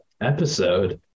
episode